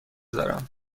دارم